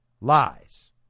lies